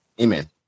Amen